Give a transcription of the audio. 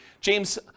James